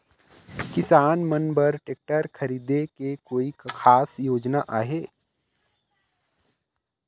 किसान मन बर ट्रैक्टर खरीदे के कोई खास योजना आहे?